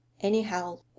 Anyhow